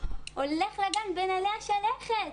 הולך לגן בין עלי השלכת,